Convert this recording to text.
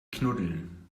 knuddeln